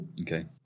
okay